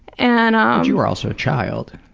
and um you were also a child.